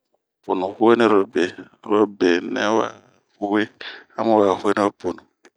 Ponuu huenirobe ,benɛ wa we a muwa hueni o ponnu.